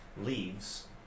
leaves